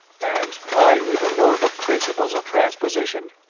and i even know the principles of transposition!